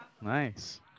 nice